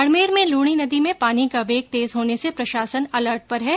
बाढ़मेर में लूणी नदी में पानी का वेग तेज होने से प्रशासन अलर्ट पर है